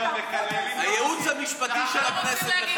הייעוץ המשפטי של הכנסת,